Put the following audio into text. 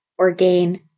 Orgain